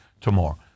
tomorrow